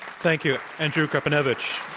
thank you. andrew krepinevich.